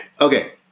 Okay